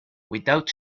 without